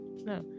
No